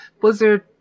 Blizzard